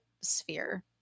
sphere